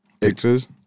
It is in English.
pictures